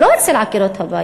לא אצל עקרות-הבית,